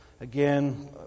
Again